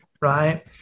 right